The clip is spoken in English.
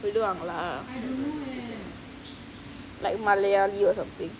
விடுவாங்களா:viduvaangala like malayali or something